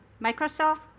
Microsoft